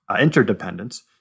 interdependence